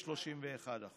ל-31%.